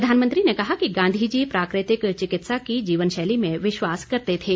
प्रधानमंत्री ने कहा कि गांधी जी प्राकृ तिक चिकित्सा की जीवन शैली में विश्वास करते थे